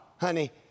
honey